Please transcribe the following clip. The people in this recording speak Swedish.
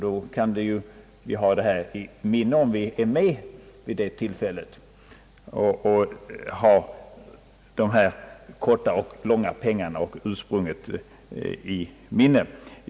Då kan vi, om vi är med vid det tillfället, ha dessa korta och långa pengar och ursprunget i minnet.